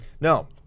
No